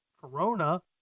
Corona